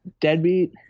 deadbeat